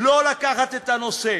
לא לקחת את הנושא.